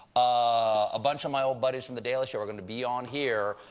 a bunch of my old buddies from the daily show are going to be on here,